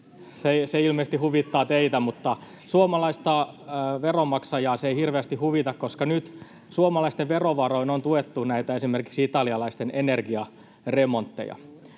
Se ilmeisesti huvittaa teitä. — Mutta suomalaista veronmaksajaa se ei hirveästi huvita, koska nyt suomalaisten verovaroin on tuettu esimerkiksi näitä italialaisten energiaremontteja.